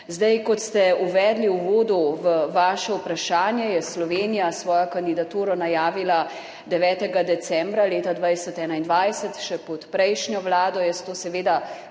Kot ste navedli v uvodu v svoje vprašanje, je Slovenija svojo kandidaturo najavila 9. decembra 2021 še pod prejšnjo vlado. Jaz to seveda